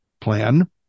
plan